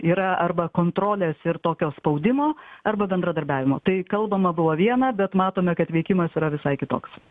yra arba kontrolės ir tokio spaudimo arba bendradarbiavimo tai kalbama buvo viena bet matome kad veikimas yra visai kitoks